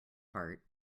part